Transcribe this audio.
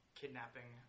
kidnapping